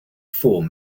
four